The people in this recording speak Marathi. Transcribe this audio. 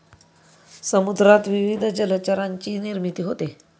समुद्रात विविध जलचरांची निर्मिती होते